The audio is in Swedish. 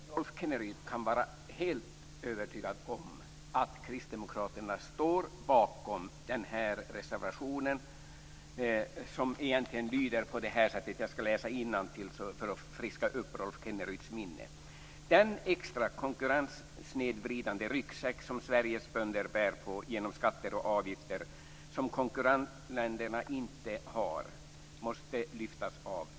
Fru talman! Rolf Kenneryd kan vara helt övertygad om att Kristdemokraterna står bakom den här reservationen. Jag skall läsa innantill för att friska upp Rolf Kenneryds minne. Den lyder på det här sättet: "Den extra konkurrenssnedvridande ryggsäck som Sveriges bönder bär på, genom skatter och avgifter som konkurrentländerna inte har, måste lyftas av.